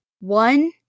one